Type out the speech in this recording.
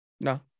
No